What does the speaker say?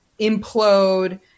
implode